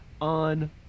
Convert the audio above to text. on